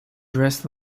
dress